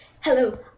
Hello